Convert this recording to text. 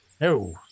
No